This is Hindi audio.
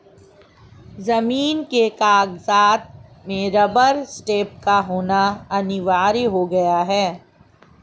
जमीन के कागजात में रबर स्टैंप का होना अनिवार्य हो गया है